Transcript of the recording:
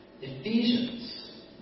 Ephesians